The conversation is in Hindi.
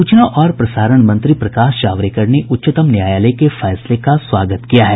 सूचना और प्रसारण मंत्री प्रकाश जावडेकर ने उच्चतम न्यायालय के फैसले का स्वागत किया है